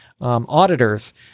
auditors